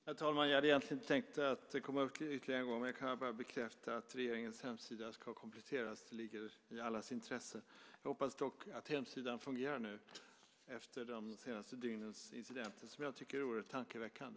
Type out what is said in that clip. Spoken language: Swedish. Herr talman! Jag hade egentligen inte tänkt att gå upp ytterligare en gång, men jag ska bekräfta att regeringens hemsida ska kompletteras. Det ligger i allas intressen. Jag hoppas att hemsidan nu fungerar efter incidenterna de senaste dygnen - som är oerhört tankeväckande.